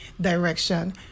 direction